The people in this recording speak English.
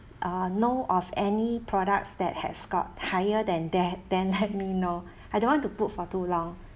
uh know of any products that has got higher than that then let me know I don't want to put for too long